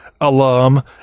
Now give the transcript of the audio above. alum